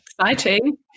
Exciting